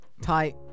tight